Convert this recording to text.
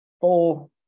four